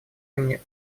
имени